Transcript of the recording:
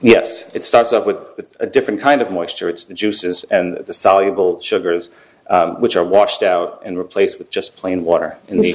yes it starts up with a different kind of moisture it's the juices and the soluble sugars which are washed out and replaced with just plain water in the